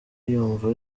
yumva